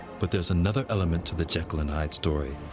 but there's another element to the jekyll and hyde story.